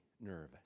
nervous